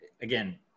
Again